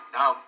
Now